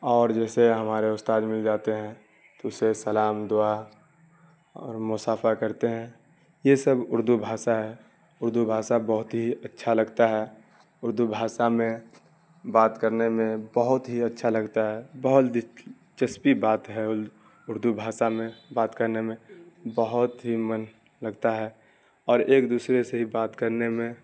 اور جیسے ہمارے استاد مل جاتے ہیں تو اس سے سلام دعا اور مصافحہ کرتے ہیں یہ سب اردو بھاشا ہے اردو بھاشا بہت ہی اچھا لگتا ہے اردو بھاشا میں بات کرنے میں بہت ہی اچھا لگتا ہے بہت دلچسپی بات ہے ال اردو بھاشا میں بات کرنے میں بہت ہی من لگتا ہے اور ایک دوسرے سے بھی بات کرنے میں